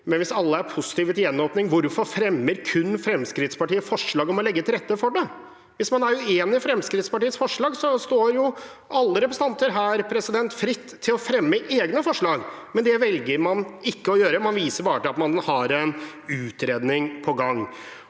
Men hvis alle er positive til gjenåpning, hvorfor fremmer kun Fremskrittspartiet forslag om å legge til rette for det? Hvis man er uenig i Fremskrittspartiets forslag, står alle representanter her fritt til å fremme egne forslag, men det velger man ikke å gjøre. Man viser bare til at man har en utredning på gang.